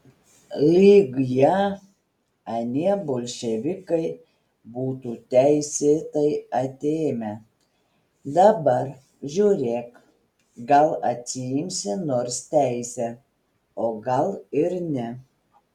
lyg ją anie bolševikai būtų teisėtai atėmę dabar žiūrėk gal atsiimsi nors teisę o gal ir ne